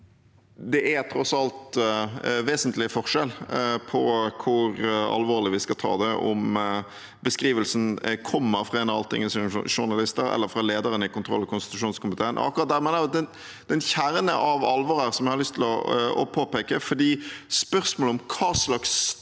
at det tross alt er vesentlig forskjell på hvor alvorlig vi skal ta det, om beskrivelsen kommer fra Altinget-journalister eller fra lederen i kontroll- og konstitusjonskomiteen. Akkurat der er det en kjerne av alvor som jeg har lyst til å påpeke, for spørsmålet om hva slags status